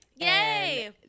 Yay